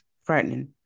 frightening